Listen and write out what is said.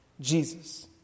Jesus